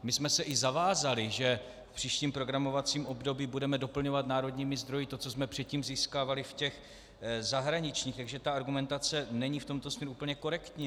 My jsme se i zavázali, že v příštím programovacím období budeme doplňovat národními zdroji to, co jsme předtím získávali v těch zahraničních, takže ta argumentace není v tomto směru úplně korektní.